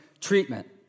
treatment